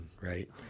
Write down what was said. right